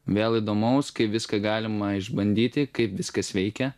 vėl įdomaus kai viską galima išbandyti kaip viskas veikia